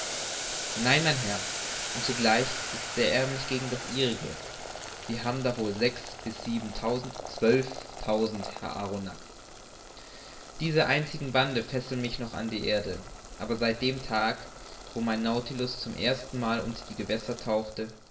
nein mein herr und zugleich ist's sehr ärmlich gegen das ihrige sie haben da wohl sechs bis siebentausend zwölftausend herr arronax diese einzigen bande fesseln mich noch an die erde aber seit dem tage wo mein nautilus zum erstenmal unter die gewässer tauchte